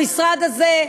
במשרד הזה,